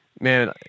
man